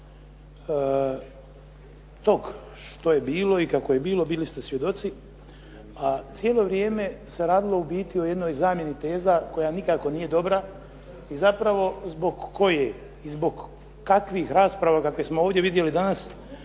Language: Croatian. tog što je bilo i kako je bilo, bili ste svjedoci a cijelo vrijeme se radilo u biti o jednoj zamjeni teza koja nikako nije dobra i zapravo zbog koje i zbog kakvih rasprava kakve smo ovdje vidjeli danas